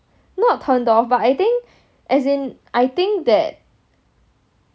not turned off but I think as in I think that